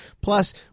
Plus